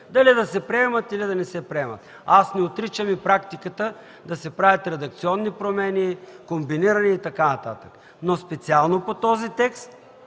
дали да се приемат, или да не се приемат. Не отричам и практиката да се правят редакционни промени, комбинирани промени и така нататък. Специално по този текст